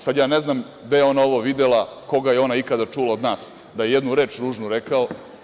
Sada ja ne znam gde je ona ovo videla, koga je ona ikada čula od nas da je jednu reč ružnu rekao.